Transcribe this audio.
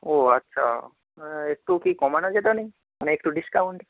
ও আচ্ছা একটু কি কমানো যেতো না মানে একটু ডিসকাউন্ট